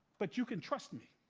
but you can trust me.